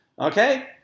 Okay